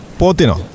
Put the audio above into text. potino